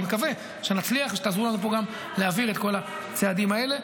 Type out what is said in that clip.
אני מקווה שנצליח ושתעזרו לנו פה גם להעביר את כל הצעדים האלה.